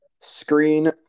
Screen